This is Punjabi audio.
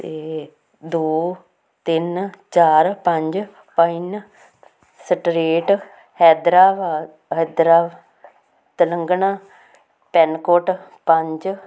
ਅਤੇ ਦੋ ਤਿੰਨ ਚਾਰ ਪੰਜ ਪਾਈਨ ਸਟਰੀਟ ਹੈਦਰਾਬਾਦ ਹੈਦਰਾ ਤੇਲੰਗਾਨਾ ਪਿਨ ਕੋਡ ਪੰਜ